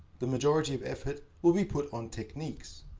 the majority of effort will be put on techniques.